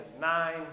nine